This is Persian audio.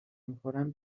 میخورم